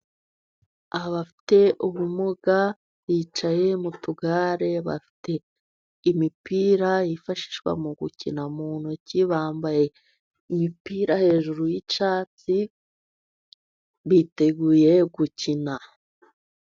Abafite ubumuga bicaye mu tugare bafite imipira y'ifashishwa mu gukina mu ntoki. Bambaye imipira hejuru y'icyatsi biteguye gukina.